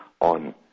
on